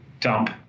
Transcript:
dump